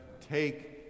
Take